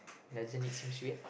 doesn't it seems weird